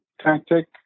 tactic